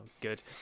good